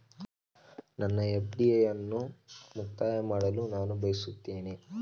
ನನ್ನ ಎಫ್.ಡಿ ಅನ್ನು ಮುಕ್ತಾಯ ಮಾಡಲು ನಾನು ಬಯಸುತ್ತೇನೆ